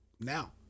now